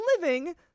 living